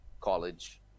College